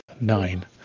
nine